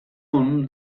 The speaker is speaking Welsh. hwn